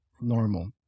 normal